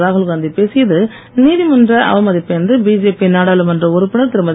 ராகுல்காந்தி பேசியது நீதிமன்ற அவமதிப்பு என்று பிஜேபி நாடாளுமன்ற உறுப்பினர் திருமதி